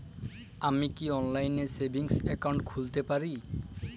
আমি কি অনলাইন এ সেভিংস অ্যাকাউন্ট খুলতে পারি?